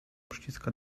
przyciska